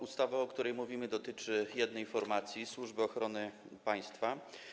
Ustawa, o której mówimy, dotyczy jednej formacji, Służby Ochrony Państwa.